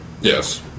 Yes